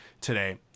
today